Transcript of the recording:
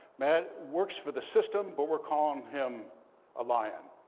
matt works for the system, but we're calling him a lion.